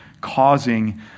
causing